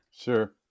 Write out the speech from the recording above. Sure